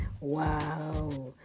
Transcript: wow